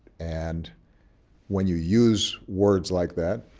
and when you use words like that,